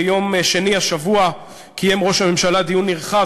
ביום שני השבוע קיים ראש הממשלה דיון נרחב,